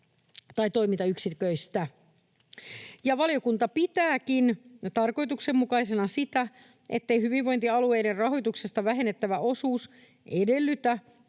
toimintayksiköistä. Valiokunta pitääkin tarkoituksenmukaisena sitä, ettei hyvinvointialueiden rahoituksesta vähennettävä osuus edellytä